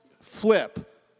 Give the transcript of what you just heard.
flip